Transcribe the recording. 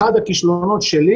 אחד הכישלונות שלי